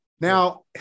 Now